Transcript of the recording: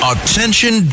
Attention